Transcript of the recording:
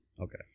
Okay